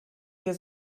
hier